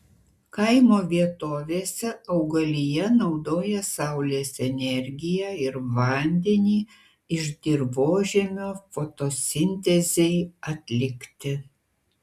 kaimo vietovėse augalija naudoja saulės energiją ir vandenį iš dirvožemio fotosintezei atlikti